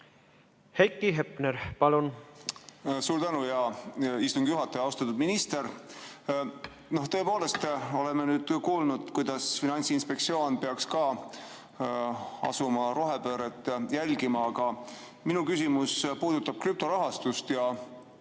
Heiki Hepner, palun! Suur tänu, hea istungi juhataja! Austatud minister! Tõepoolest, oleme nüüd kuulnud, kuidas Finantsinspektsioon peaks hakkama ka rohepööret jälgima. Aga minu küsimus puudutab krüptorahastust.